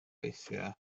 weithiau